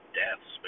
deaths